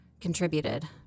contributed